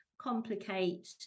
complicate